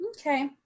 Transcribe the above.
okay